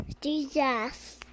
Jesus